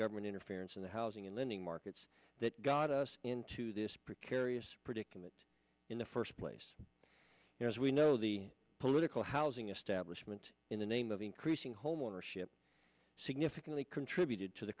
government interference in the housing and lending markets that got us into this precarious predicament in the first place you know as we know the political housing establishment in the name of increasing home ownership significantly contributed to the